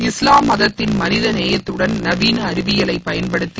இஸ்லாம் மதத்தின் மனிதநேயத்துடன் நவீன அறிவிபலை பயன்படுத்தி